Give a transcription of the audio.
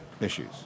issues